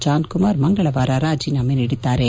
John Kumar ಮಂಗಳವಾರ ರಾಜೀನಾಮೆ ನೀಡಿದ್ದಾರೆ